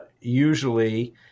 usually